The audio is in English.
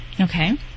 Okay